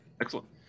Excellent